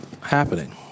happening